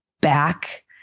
back